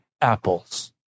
apples